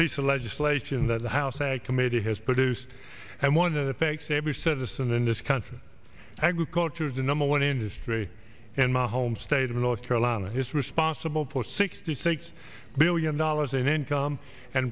piece of legislation that the house ag committee has produced and one that affects every citizen in this country agriculture is the number one industry and my home state of north carolina has responsible for sixty six billion dollars in income and